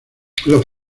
los